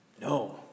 No